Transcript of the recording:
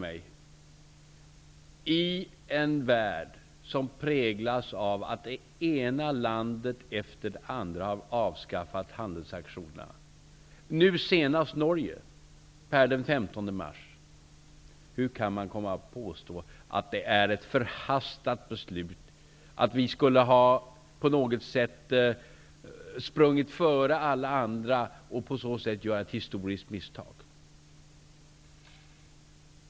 I en värld som präglas av att det ena landet efer det andra har avskaffat handelssanktionerna -- nu senast var det Norge per den 15 mars --, frågar jag mig hur man kan komma och påstå att det är ett förhastat beslut och att vi på något sätt skulle ha sprungit före alla andra och därigenom ha gjort ett historiskt misstag.